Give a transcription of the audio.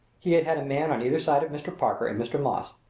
he had had a man on either side of mr. parker and mr. moss.